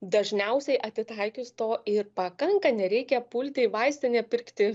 dažniausiai atitaikius to ir pakanka nereikia pulti į vaistinę pirkti